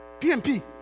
PMP